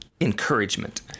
Encouragement